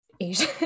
Asian